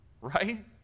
right